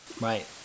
Right